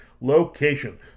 Location